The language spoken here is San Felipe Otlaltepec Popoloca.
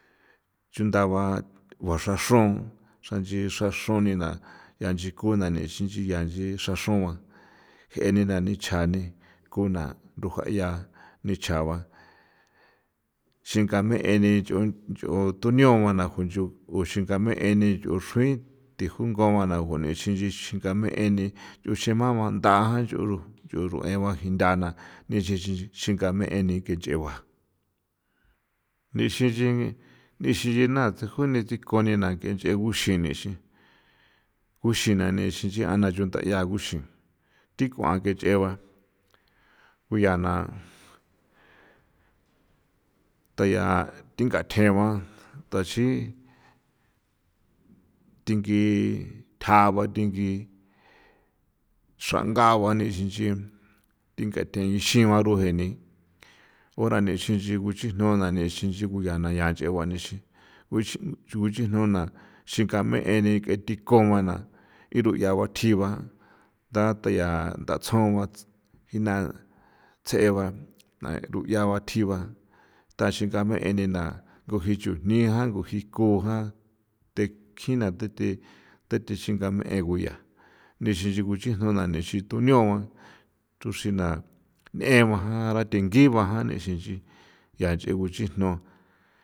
Chunda ba juaxraxrun xran nchi xraxro nii naa ncha nchi ku naa nii ixin ncha nchi xraxrua na je nii naa ni chja ne ko naa rujaya nichja ba xinga mee nii yoo yuthuñao u naa uxinga mee tjui ujunga na xin nchi xin gaa mee nii ruxema nthajua yuu rueba ntha na nii xinxin xin ngaa mee nii nii xinxin ntha tjse juni nchegu xee nii uxin naa nexin yuu the ncha nguexin thia kua ke nche ba ko ncha na tjaa ncha'a thje ba taaxi thinga tjaba tingi xrangagua mexinxi dinga tuexin ba rue nii ba ura nexin xin jii kuxijno xinga mee nii nge thi kuenii irua ncha thji ba nda thja ncha ndatsjua ba jina tjse ba ncha'o thjiba taxingamenina ko jii chujni dikon ja the jkin the the xingamee ko yaa mexinxin kuxijno ituñua ba tusjina neba dhin ngiva ncha nche kuxijno.